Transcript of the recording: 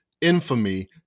infamy